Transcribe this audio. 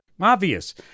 Obvious